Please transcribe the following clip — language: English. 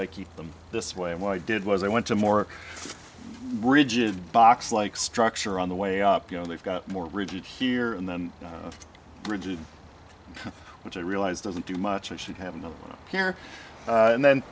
i keep them this way when i did was i went to more rigid box like structure on the way up you know they've got more rigid here and then rigid which i realize doesn't do much i should have them up here and then